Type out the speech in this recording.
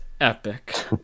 epic